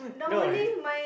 no you